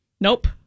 Nope